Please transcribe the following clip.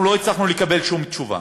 לא הצלחנו לקבל שום תשובה.